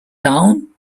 down